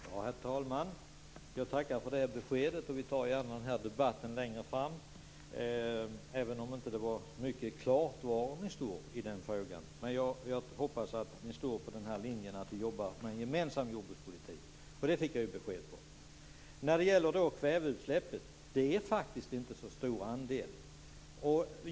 Herr talman! Jag tackar för det beskedet. Vi tar gärna den här debatten längre fram, även om det inte blev särskilt klart var ni står där. Jag hoppas i alla fall att ni är för linjen att jobba för en gemensam jordbrukspolitik; där fick jag ju besked. När det gäller kväveutsläppen vill jag säga att jordbrukets andel faktiskt inte är så stor.